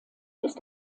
ist